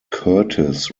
curtis